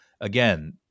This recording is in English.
again